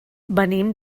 venim